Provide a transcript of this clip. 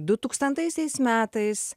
du tūkstantaisiais metais